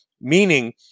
Meaning